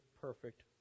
perfect